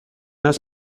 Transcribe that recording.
است